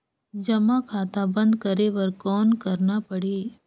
जमा खाता बंद करे बर कौन करना पड़ही?